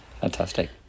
Fantastic